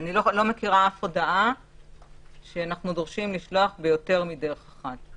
אני לא מכירה שום הודעה שאנחנו דורשים לשלוח ביותר מדרך אחת.